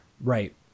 Right